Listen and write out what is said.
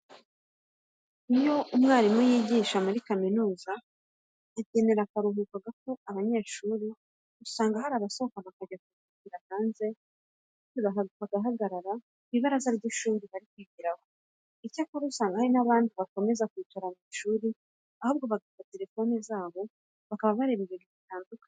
Iyo umwarimu wigisha muri kaminuza ageneye akaruhuko gato aba banyeshuri usanga hari abasohoka bakajya kuruhukira hanze maze bagahagarara ku ibaraza ry'ishuri bari kwigiramo. Icyakora usanga hari n'abandi bakomeza kwicara mu ishuri ahubwo bagafata telefone zabo bakaba bareba ibintu bitandukanye.